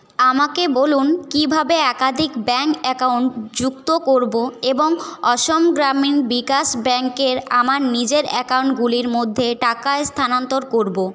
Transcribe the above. আমাকে বলুন কীভাবে একাধিক ব্যাংক অ্যাকাউন্ট যুক্ত করব এবং অসম গ্রামীণ বিকাশ ব্যাংকের নিজের অ্যাকাউন্টগুলির মধ্যে টাকা স্থানান্তর করব